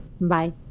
bye